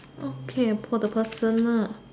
okay for the personal